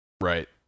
Right